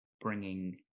bringing